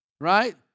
Right